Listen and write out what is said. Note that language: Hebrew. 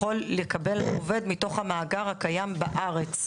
יכול לקבל עובד מתוך המאגר הקיים בארץ.